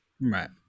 Right